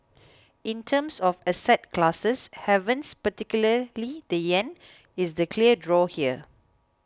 in terms of asset classes havens particularly the yen is the clear draw here